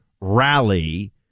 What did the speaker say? rally